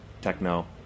techno